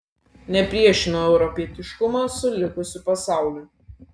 nepriešinu europietiškumo su likusiu pasauliu